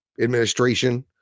administration